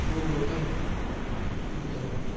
ؤنِو مےٚ تُہی بہٕ کیٛاہ کَرٕ